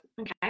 okay